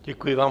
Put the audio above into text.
Děkuji vám.